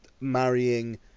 marrying